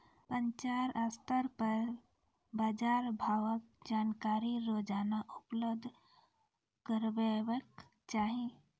पंचायत स्तर पर बाजार भावक जानकारी रोजाना उपलब्ध करैवाक चाही?